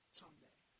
someday